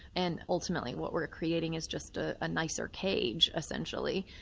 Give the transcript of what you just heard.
and ultimately what we're creating is just a ah nicer cage, essentially,